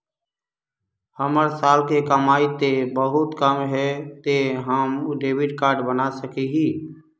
हमर साल के कमाई ते बहुत कम है ते हम डेबिट कार्ड बना सके हिये?